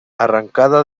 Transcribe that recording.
arrancada